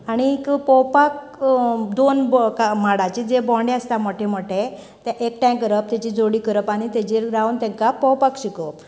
आनीक पोंवपाक दोन माडाचें जे बोंडे आसतात मोठे मोठे तें एकटांय करप तेची जोडी करप आनी तेजेर रावन तेंका पोंवपाक शिकोवप